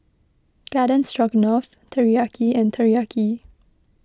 Garden Stroganoff Teriyaki and Teriyaki